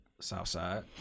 Southside